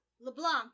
LeBlanc